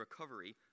recovery